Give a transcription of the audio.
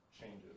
changes